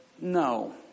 No